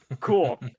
cool